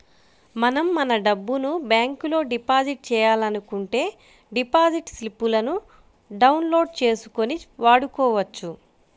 మనం మన డబ్బును బ్యాంకులో డిపాజిట్ చేయాలనుకుంటే డిపాజిట్ స్లిపులను డౌన్ లోడ్ చేసుకొని వాడుకోవచ్చు